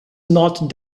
not